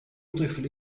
طفل